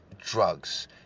drugs